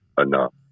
enough